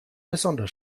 besonders